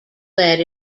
led